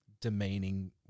demeaning